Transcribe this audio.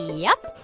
yup.